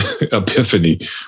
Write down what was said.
epiphany